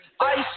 ice